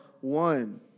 one